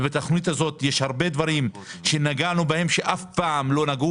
בתכנית הזאת יש הרבה דברים בהם נגענו שאף פעם לא נגעו